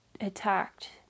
attacked